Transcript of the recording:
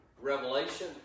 Revelation